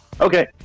Okay